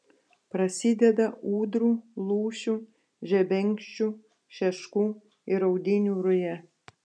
prasideda ūdrų lūšių žebenkščių šeškų ir audinių ruja